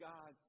God